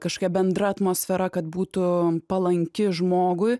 kažkokia bendra atmosfera kad būtų palanki žmogui